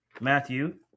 Matthew